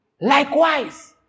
Likewise